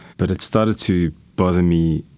but it started to bother me,